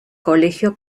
colegio